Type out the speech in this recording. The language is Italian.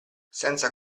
senza